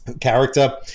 character